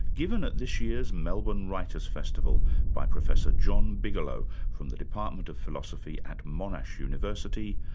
given at this year's melbourne writers' festival by professor john bigelow from the department of philosophy at monash university,